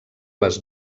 les